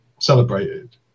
celebrated